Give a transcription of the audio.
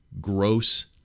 gross